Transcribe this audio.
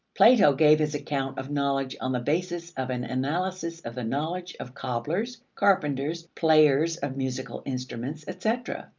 plato gave his account of knowledge on the basis of an analysis of the knowledge of cobblers, carpenters, players of musical instruments, etc,